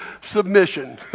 Submission